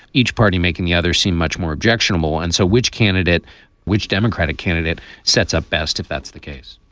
each party making the others seem much more objectionable. and so which candidate which democratic candidate sets up best if that's the case?